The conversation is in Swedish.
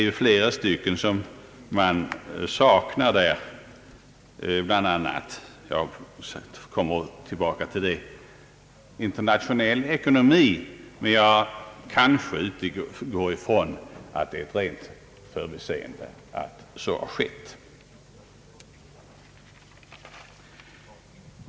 Till dem som saknas — jag återkommer till detta — hör ämnet internationell ekonomi. Jag utgår emellertid ifrån att det beror på ett rent förbiseende.